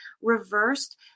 reversed